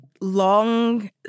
long